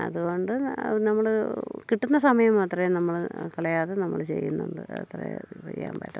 അതുകൊണ്ട് നമ്മൾ കിട്ടുന്ന സമയം മാത്രമേ നമ്മൾ കളയാതെ നമ്മൾ ചെയ്യുന്നുണ്ട് അത്ര ചെയ്യാൻ പറ്റും